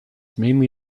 mainly